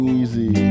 easy